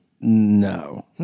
no